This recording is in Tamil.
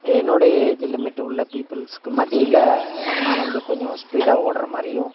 என்னுடைய ஏஜ் லிமிட்டு உள்ள பீப்பிள்ஸுக்கு மத்தியில் நான் வந்து கொஞ்சம் ஸ்பீடாக ஓடுற மாதிரியும்